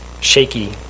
shaky